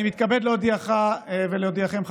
אני מתכבד להודיעך ולהודיעכם,